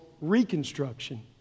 reconstruction